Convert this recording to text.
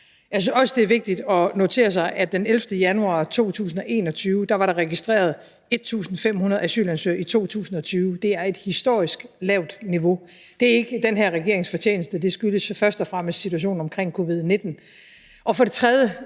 det er vigtigt at notere sig, at den 11. januar 2021 var der registreret 1.500 asylansøgere i 2020. Det er et historisk lavt niveau. Det er ikke den her regerings fortjeneste; det skyldes jo først og fremmest situationen omkring covid-19. For det tredje